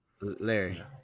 Larry